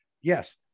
Yes